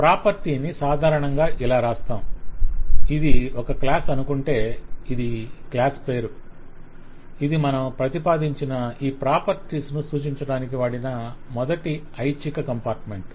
property ని సాధారణంగా ఇలా వ్రాస్తాము ఇది ఒక క్లాస్ అనుకుంటే ఇది క్లాస్ పేరు ఇది మనం ప్రతిపాదించిన ఈ ప్రాపర్టీస్ ను సూచించటానికి వాడిన మొదటి ఐచ్ఛిక కంపార్ట్మెంట్